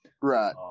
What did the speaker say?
Right